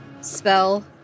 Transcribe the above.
spell